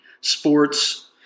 sports